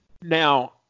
Now